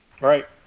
right